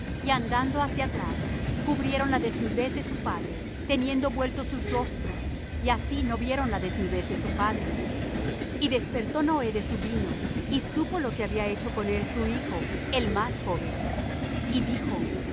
y andando hacia atrás cubrieron la desnudez de su padre teniendo vueltos sus rostros y así no vieron la desnudez de su padre y despertó noé de su vino y supo lo que había hecho con él su hijo el más joven y dijo